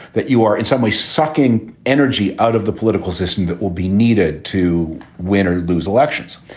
that you are and suddenly sucking energy out of the political system that will be needed to win or lose elections.